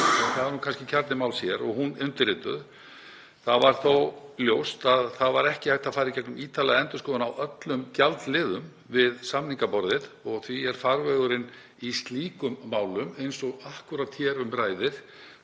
það er kannski kjarni málsins hér, og hún undirrituð. Það varð þó ljóst að það var ekki hægt að fara í gegnum ítarlega endurskoðun á öllum gjaldliðum við samningaborðið og því er farvegurinn í slíkum málum eins og akkúrat hér um ræðir